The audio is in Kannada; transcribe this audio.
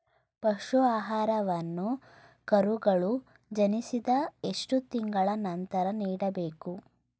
ಪಶು ಆಹಾರವನ್ನು ಕರುಗಳು ಜನಿಸಿದ ಎಷ್ಟು ತಿಂಗಳ ನಂತರ ನೀಡಬೇಕು?